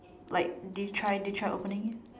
like did you did you try opening it